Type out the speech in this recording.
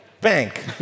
Bank